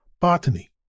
Botany